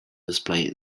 display